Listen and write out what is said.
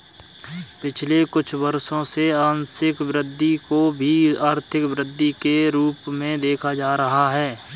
पिछले कुछ वर्षों से आंशिक वृद्धि को भी आर्थिक वृद्धि के रूप में देखा जा रहा है